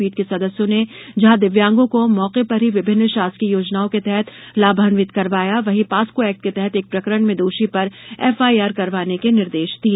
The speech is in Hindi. पीठ के सदस्यो ने जहॉ दिव्यांगो को मौके पर ही विभिन्न शासकीय योजनाओं के तहत लाभान्वित करवाया वही पास्को एक्ट के एक प्रकरण में दोषी पर एफआईआर करवाने के निर्देश दिए